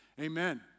Amen